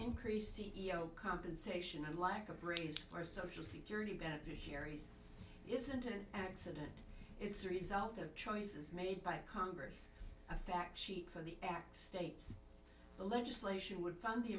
increased c e o compensation and a lack of brains for social security beneficiaries isn't an accident it's a result of choices made by congress a fact sheet for the act states the legislation would fund the